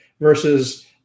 versus